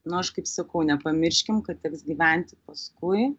nu aš kaip sakau nepamirškim kad teks gyventi paskui